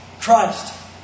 Christ